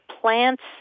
plants